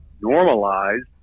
normalized